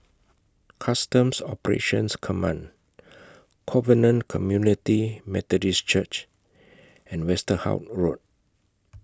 Customs Operations Command Covenant Community Methodist Church and Westerhout Road